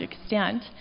extent